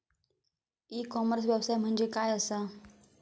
E commerce व्यवसाय म्हणजे काय असा?